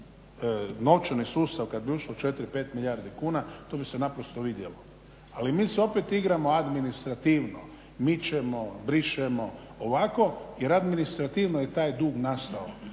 novčani sustav kada bi ušlo 4, 5 milijardi kuna, to bi se naprosto vidjelo. Ali mi se opet igramo administrativno, mičemo, brišemo, ovako, jer administrativno je taj dug nastao.